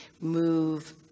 move